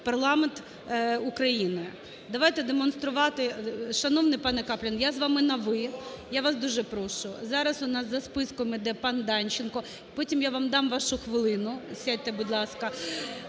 парламент України, давайте демонструвати... Шановний пане Каплін, я з вами на ви, я вас дуже прошу. Зараз у нас за списком іде пан Данченко. Потім я вам дам вашу хвилину, сядьте, будь ласка.